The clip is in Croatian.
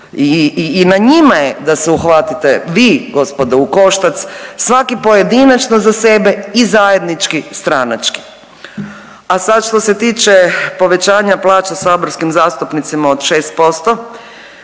I na njima je da se uhvatite vi gospodo u koštac svaki pojedinačno za sebe i zajednički stranački. A sad što se tiče povećanja plaća saborskim zastupnicima od 6%